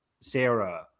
Sarah